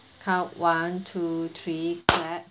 count one two three clap